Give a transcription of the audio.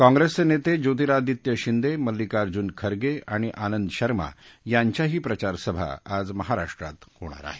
काँग्रेसचे नेते ज्योतिरादित्य शिंदे मल्लिकार्जून खरगे आणि आनंद शर्मा यांच्याही प्रचारसभा आज महाराष्ट्रात होणार आहे